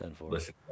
listen